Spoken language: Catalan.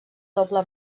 doble